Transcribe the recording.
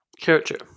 character